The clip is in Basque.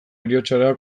heriotzara